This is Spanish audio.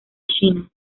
china